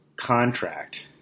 contract